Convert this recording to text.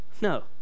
no